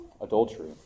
adultery